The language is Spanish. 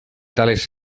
tales